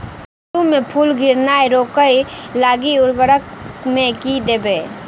कद्दू मे फूल गिरनाय रोकय लागि उर्वरक मे की देबै?